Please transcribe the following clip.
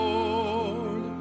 Lord